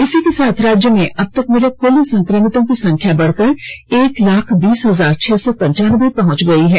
इसी के साथ राज्य में अब तक मिले क्ल संक्रमितों की संख्या बढ़कर एक लाख बीस हजार छह सौ पन्चानबे पहुंच गई है